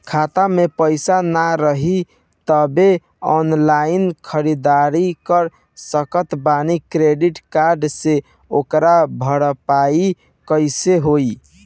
खाता में पैसा ना रही तबों ऑनलाइन ख़रीदारी कर सकत बानी क्रेडिट कार्ड से ओकर भरपाई कइसे होई?